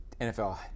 NFL